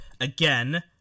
Again